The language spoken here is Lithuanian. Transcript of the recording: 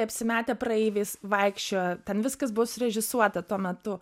apsimetę praeiviais vaikščiojo ten viskas buvo surežisuota tuo metu